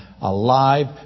alive